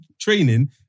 training